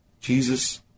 Jesus